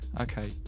Okay